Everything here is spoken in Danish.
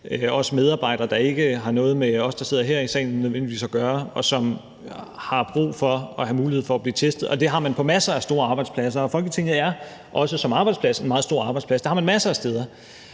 også medarbejdere, der ikke nødvendigvis har noget med os, der sidder her i salen, at gøre, og som har brug for at have mulighed for at blive testet. Det har man på masser af store arbejdspladser, og Folketinget er også som arbejdsplads en meget stor arbejdsplads. Det har man masser af steder.